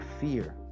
fear